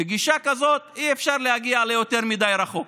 בגישה כזאת אי-אפשר להגיע יותר מדי רחוק.